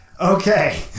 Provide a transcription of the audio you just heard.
Okay